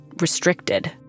restricted